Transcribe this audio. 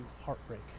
heartbreak